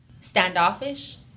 standoffish